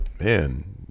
Man